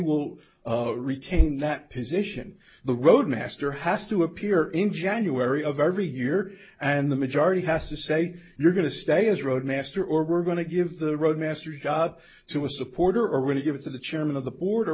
will retain that position the roadmaster has to appear in january of every year and the majority has to say you're going to stay as roadmaster or we're going to give the roadmaster job to a supporter are going to give it to the chairman of the board